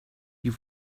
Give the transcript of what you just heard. you